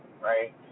right